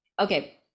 okay